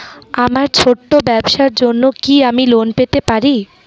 আমার ছোট্ট ব্যাবসার জন্য কি আমি লোন পেতে পারি?